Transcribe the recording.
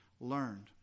learned